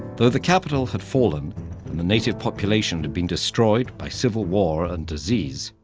though the capital had fallen and the native population had been destroyed by civil war and disease,